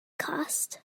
cost